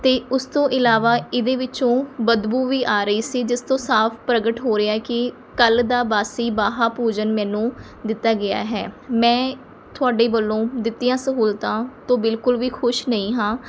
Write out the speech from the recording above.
ਅਤੇ ਉਸ ਤੋਂ ਇਲਾਵਾ ਇਹਦੇ ਵਿੱਚੋਂ ਬਦਬੂ ਵੀ ਆ ਰਹੀ ਸੀ ਜਿਸ ਤੋਂ ਸਾਫ ਪ੍ਰਗਟ ਹੋ ਰਿਹਾ ਕਿ ਕੱਲ੍ਹ ਦਾ ਬਾਸੀ ਬਾਹਾ ਭੋਜਨ ਮੈਨੂੰ ਦਿੱਤਾ ਗਿਆ ਹੈ ਮੈਂ ਤੁਹਾਡੇ ਵੱਲੋਂ ਦਿੱਤੀਆਂ ਸਹੂਲਤਾਂ ਤੋਂ ਬਿਲਕੁਲ ਵੀ ਖੁਸ਼ ਨਹੀਂ ਹਾਂ